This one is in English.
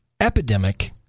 epidemic